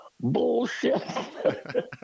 bullshit